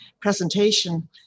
presentation